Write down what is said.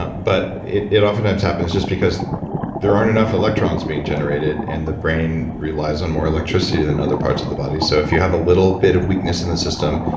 ah but, it it often happens just because there aren't enough electrons being generated and the brain relies on more electricity than other parts of the body. so, if you have a little bit of weakness in the system,